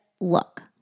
look